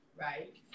right